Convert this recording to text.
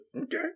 Okay